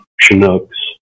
chinooks